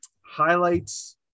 highlights